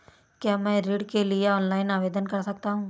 क्या मैं ऋण के लिए ऑनलाइन आवेदन कर सकता हूँ?